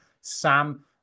Sam